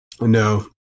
no